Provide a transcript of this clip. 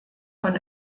von